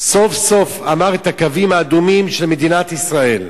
סוף-סוף אמר את הקווים האדומים של מדינת ישראל.